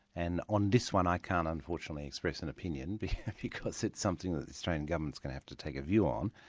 and on this one, i can't unfortunately express an opinion because because it's something the australian government's going to have to take a view on.